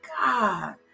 God